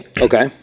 Okay